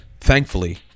thankfully